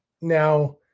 Now